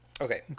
okay